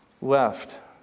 left